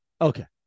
Okay